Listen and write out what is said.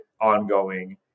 ongoing